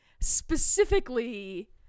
Specifically